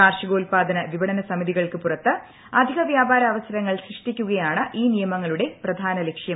കാർഷികോത്പാദന വിപണന സമിതികൾക്ക് പുറത്ത് അധിക വ്യാപാര അവസരങ്ങൾ സൃഷ്ടിക്കുകയാണ് ഈ നിയമങ്ങളുടെ പ്രധാന ലക്ഷ്യം